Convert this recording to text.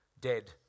dead